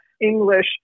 English